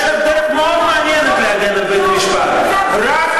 הממשלה שלך